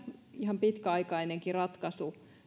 ihan pitkäaikainenkin ratkaisu